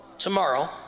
Tomorrow